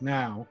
now